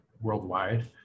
worldwide